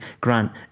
Grant